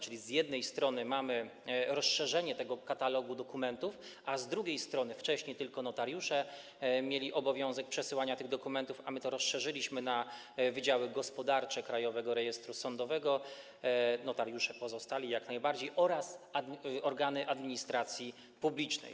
Czyli z jednej strony mamy rozszerzenie tego katalogu dokumentów, wcześniej tylko notariusze mieli obowiązek przesyłania tych dokumentów, a z drugiej strony rozszerzyliśmy to na wydziały gospodarcze Krajowego Rejestru Sądowego - notariusze pozostali, jak najbardziej - oraz organy administracji publicznej.